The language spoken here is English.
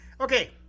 Okay